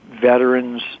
veterans